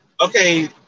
Okay